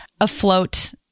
afloat